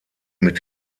mit